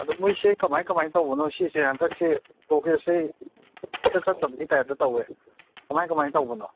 ꯑꯗꯨ ꯃꯣꯏꯁꯦ ꯀꯃꯥꯏꯅ ꯀꯃꯥꯏꯅ ꯇꯧꯕꯅꯣ ꯁꯤꯁꯦ ꯍꯟꯗꯛꯁꯦ ꯄ꯭ꯔꯣꯒ꯭ꯔꯦꯁꯁꯦ ꯏꯆꯠ ꯆꯠꯇꯕꯒꯤ ꯇꯥꯏꯞꯇ ꯇꯧꯋꯦ ꯀꯃꯥꯏꯅ ꯀꯃꯥꯏꯅ ꯇꯧꯕꯅꯣ